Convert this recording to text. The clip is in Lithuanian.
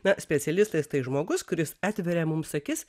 na specialistais tai žmogus kuris atveria mums akis